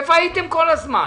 איפה הייתם כל הזמן?